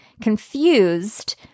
confused